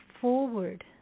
forward